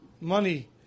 money